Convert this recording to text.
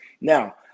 Now